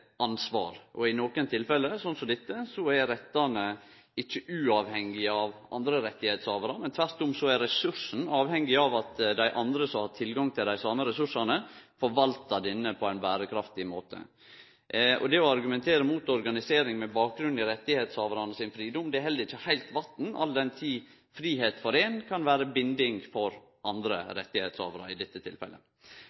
rettane ikkje uavhengige av andre rettshavarar, tvert om er ressursane avhengige av at dei andre som har tilgang til dei same ressursane, forvaltar dei på ein berekraftig måte. Det å argumentere mot organisering med bakgrunn i fridommen til rettshavarane held ikkje heilt vatn, all den tid fridom for éin kan vere binding for andre